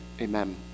amen